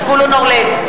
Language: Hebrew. (קוראת בשמות חברי הכנסת) זבולון אורלב,